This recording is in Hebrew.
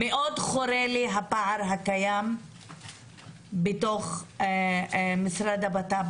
הפער הקיים בתוך המשרד לבט"פ,